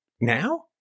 now